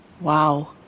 Wow